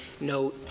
no